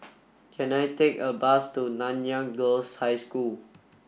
can I take a bus to Nanyang Girls' High School